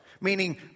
Meaning